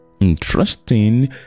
interesting